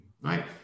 Right